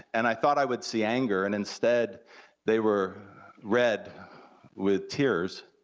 and i thought i would see anger, and instead they were red with tears,